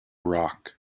rock